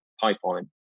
pipeline